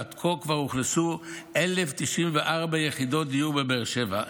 ועד כה כבר אוכלסו 1,094 יחידות דיור בבאר שבע,